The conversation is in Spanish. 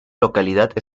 localidad